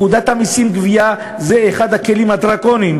פקודת המסים (גבייה) זה אחד הכלים הדרקוניים